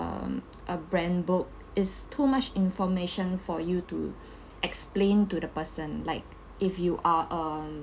um a brand book is too much information for you to explain to the person like if you are um